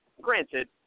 granted